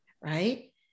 right